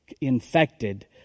infected